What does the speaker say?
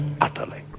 Utterly